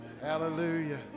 hallelujah